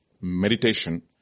meditation